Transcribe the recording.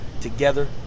together